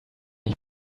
ich